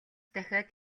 дахиад